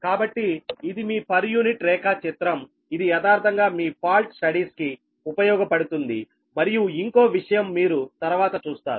కాబట్టి ఇది మీ పర్ యూనిట్ రేఖాచిత్రం ఇది యదార్ధంగా మీ ఫాల్ట్ స్టడీస్ కి ఉపయోగపడుతుంది మరియు ఇంకో విషయం మీరు తరువాత చూస్తారు